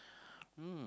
um